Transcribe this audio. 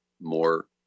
more